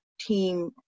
team